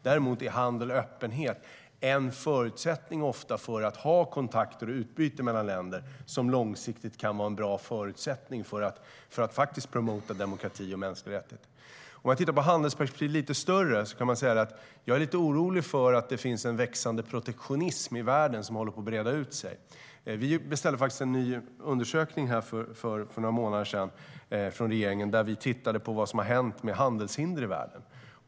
Dock är handel och öppenhet ofta en förutsättning för kontakter och utbyte mellan länder, och därigenom kan man promota demokrati och mänskliga rättigheter. Ett perspektiv på handeln som oroar mig är den växande protektionismen i världen. Regeringen beställde en undersökning för några månader sedan för att se vad som har hänt med handelshinder i världen.